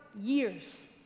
years